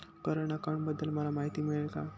Current अकाउंटबद्दल मला माहिती मिळेल का?